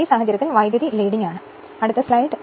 ഈ സാഹചര്യത്തിൽ current leading ആണ്